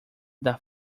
dos